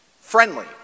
friendly